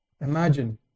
Imagine